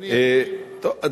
טוב,